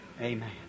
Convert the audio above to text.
amen